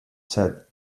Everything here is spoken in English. said